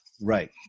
Right